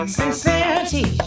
sincerity